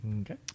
Okay